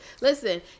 Listen